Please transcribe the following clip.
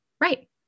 Right